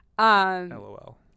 LOL